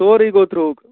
سورُے گوٚو دروٚگ